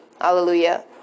Hallelujah